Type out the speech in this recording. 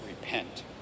repent